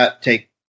take